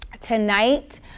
Tonight